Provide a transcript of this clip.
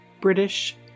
British